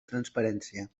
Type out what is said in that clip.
transparència